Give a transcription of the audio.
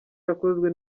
yakozwe